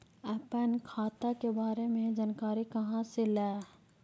अपन खाता के बारे मे जानकारी कहा से ल?